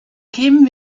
kämen